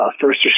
First